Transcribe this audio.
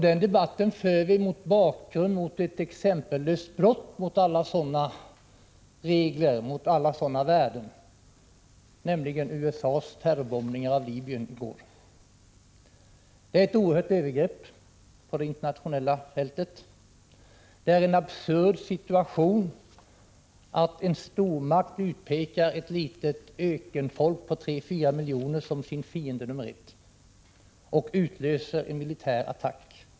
Denna debatt för vi mot bakgrund av ett exempellöst brott mot alla sådana regler och värden, nämligen USA:s terrorbombningar av Libyen i går. Det är ett oerhört övergrepp på det internationella fältet. Det är en absurd situation att en stormakt utpekar ett litet ökenfolk på tre fyra miljoner som sin fiende nr 1 och utlöser en militär attack.